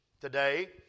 Today